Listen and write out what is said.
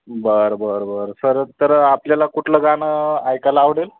बरं बरं बरं सर तर आपल्याला कुठलं गाणं ऐकायला आवडेल